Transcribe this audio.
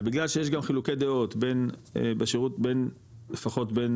ובגלל שיש גם חילוקי דעות בין בשירות בין לפחות בין